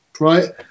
right